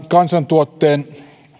kansantuotteessa